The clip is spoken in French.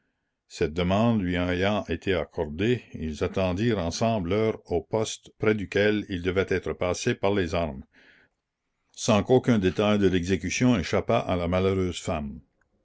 cette demande lui ayant été accordée ils attendirent ensemble l'heure au poste près duquel il devait être passé par les armes sans qu'aucun détail de l'exécution échappât à la malheureuse femme